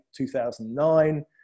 2009